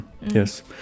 Yes